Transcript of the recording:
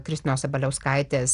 kristinos sabaliauskaitės